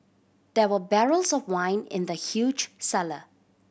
there were barrels of wine in the huge cellar